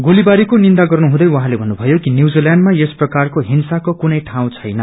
गोलीबारीको निन्दा गर्नुहुँदै उहाँले भन्नुभयो कि न्यजीलैण्डमा यस प्रकाकरो हिंसाको कुनै ठाउँ छैन